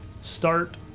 start